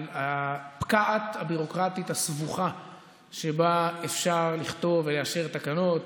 על הפקעת הביורוקרטית הסבוכה שבה אפשר לכתוב ולאשר תקנות.